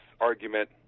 argument